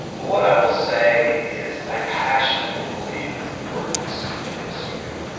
what i will say is i passionately believe in the importance of history,